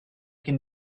can